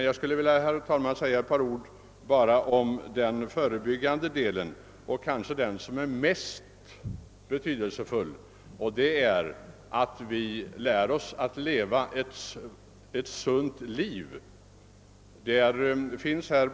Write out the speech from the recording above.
Jag skulle, herr talman, vilja säga bara ett par ord om sjukdomsförebyggande åtgärder som kanske är det mest betydelsefulla av de två avsnitten i detta sammanhang. Jag skulle vilja framhålla att vi måste lära oss att leva ett sunt liv.